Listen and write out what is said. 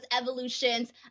Evolution's